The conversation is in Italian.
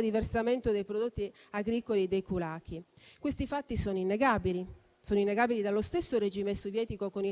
di versamento dei prodotti agricoli dei *kulaki*. Questi fatti sono innegabili e sono stati negati dallo stesso regime sovietico con